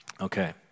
Okay